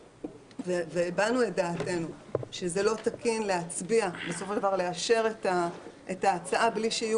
וכבר הבענו את דעתנו שזה לא תקין לאשר את ההצעה בלי שיהיו